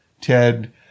Ted